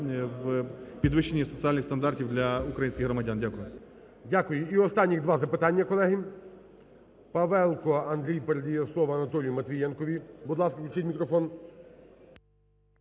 у підвищенні соціальних стандартів для українських громадян. Дякую. ГОЛОВУЮЧИЙ. Дякую. І останніх два запитання, колеги. Павелко Андрій передає слово Анатолію Матвієнкові. Будь ласка, включіть мікрофон.